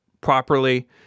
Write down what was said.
properly